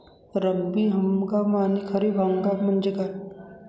रब्बी हंगाम आणि खरीप हंगाम म्हणजे काय?